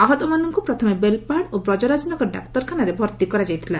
ଆହତମାନଙ୍କୁ ପ୍ରଥମେ ବେଲପାହାଡ ଓ ବ୍ରକରାଜନଗର ଡାକ୍ତରଖାନାରେ ଭର୍ତ୍ତି କରାଯାଇଥିଲା